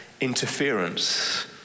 interference